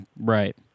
Right